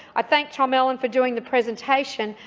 i thank tom allen for doing the presentation.